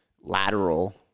lateral